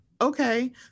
okay